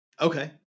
Okay